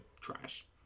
trash